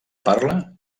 parla